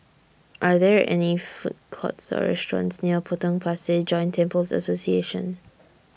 Are There any Food Courts Or restaurants near Potong Pasir Joint Temples Association